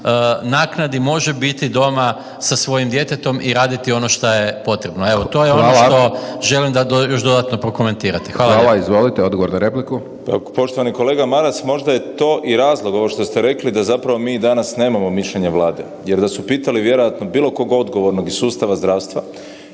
naknadi može biti doma sa svojim djetetom i raditi ono šta je potrebno. Evo to je ono što želim da još dodatno prokomentirate. **Hajdaš Dončić, Siniša (SDP)** Hvala. Izvolite odgovor na repliku. **Bernardić, Davor (SDP)** Poštovani kolega Maras. Možda je to i razlog ovo što ste rekli da mi zapravo danas nemamo mišljenje Vlade jer da su pitali vjerojatno bilo koga odgovornog iz sustava zdravstva